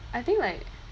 I think like